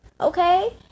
okay